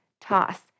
Toss